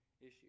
issue